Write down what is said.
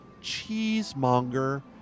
cheesemonger